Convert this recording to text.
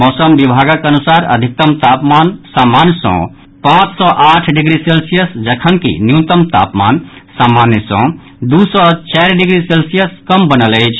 मौसम विभागक अनुसार अधिकतम तापमान सामान्य सँ पांच सँ आठ डिग्री सेल्सियस जखनकि न्यूनतम तापमान सामान्य सँ दू सँ चारि डिग्री सेल्सियस कम बनल अछि